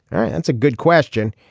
ah and that's a good question.